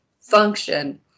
function